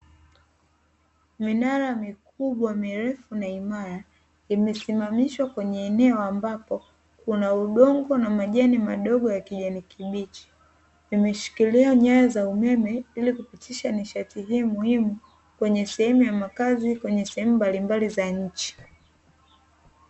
Minara mikubwa mirefu na imara, imesimamishwa kwenye eneo ambapo kuna udongo na majani madogo ya kijani kibichi. Imeshikilia nyaya za umeme ili kupitisha nishati hii muhimu, kwenye sehemu ya makazi kwenye sehemu mbalimbali za nchi.